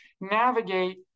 navigate